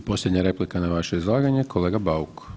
I posljednja replika na vaše izlaganje kolega Bauk.